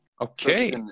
Okay